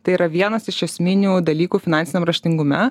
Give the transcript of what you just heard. tai yra vienas iš esminių dalykų finansiniam raštingume